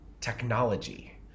technology